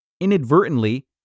Inadvertently